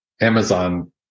Amazon